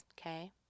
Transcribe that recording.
okay